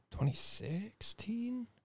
2016